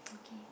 okay